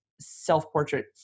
self-portrait